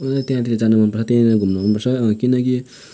ऊ त्यहाँतिर जानु मन पर्छ त्यहीँनिर घुम्नु मन पर्छ किनकि